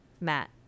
Matt